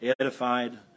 edified